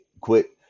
quit